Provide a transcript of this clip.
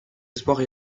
espoirs